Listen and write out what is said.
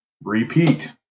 Repeat